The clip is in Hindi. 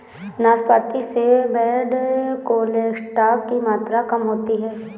नाशपाती से बैड कोलेस्ट्रॉल की मात्रा कम होती है